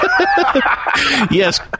Yes